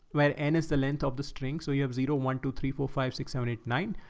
where and it's the length of the string. so you have zero one, two, three, four five six, seven eight, nine.